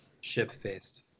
Ship-faced